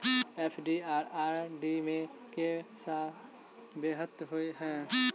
FD आ RD मे केँ सा बेहतर होइ है?